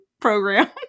program